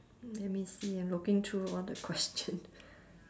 let me see I'm looking through all the question